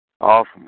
Awesome